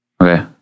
Okay